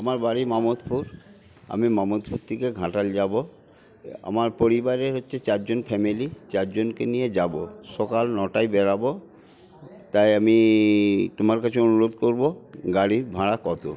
আমার বাড়ি মামদপুর আমি মামদপুর থেকে ঘাঁটাল যাবো আমার পরিবারে হচ্ছে চারজন ফ্যামিলি চারজনকে নিয়ে যাবো তো সকাল নটায় বেড়াবো তাই আমি তোমার কাছে অনুরোধ করবো গাড়ির ভাড়া কত